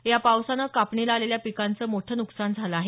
या पावसानं कापणीला आलेल्या पिकांचं मोठं नुकसान झालं आहे